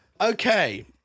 Okay